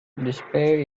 despair